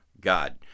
God